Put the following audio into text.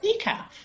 decaf